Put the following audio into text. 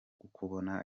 kubona